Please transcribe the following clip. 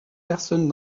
personne